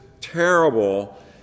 terrible